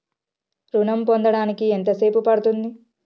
ఋణం పొందడానికి ఎంత సేపు పడ్తుంది?